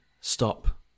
stop